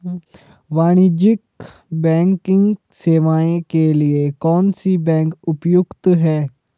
वाणिज्यिक बैंकिंग सेवाएं के लिए कौन सी बैंक उपयुक्त है?